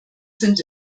sind